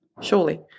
surely